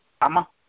ama